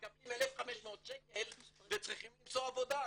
מקבלים 1,500 שקל וצריכים למצוא עבודה,